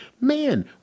Man